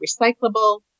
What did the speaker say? recyclable